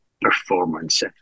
performance